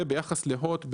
וביחס להוט,